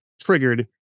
triggered